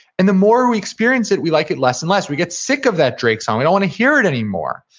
and the more we experience it we like it less and less. we get sick of that drake song, we don't want to hear it anymore,